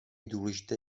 důležité